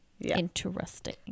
interesting